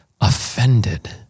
offended